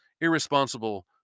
irresponsible